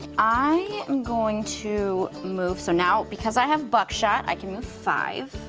i am going to move. so now, because i have buckshot, i can move five,